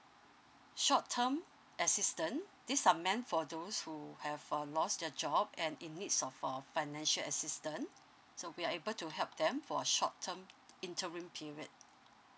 short term assistant this are meant for those who have uh lost their job and in needs of uh financial assistant so we are able to help them for short term interim period